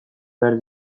behar